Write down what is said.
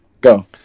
go